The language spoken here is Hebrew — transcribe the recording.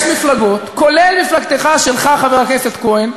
יש מפלגות, כולל מפלגתך שלך, חבר הכנסת כהן,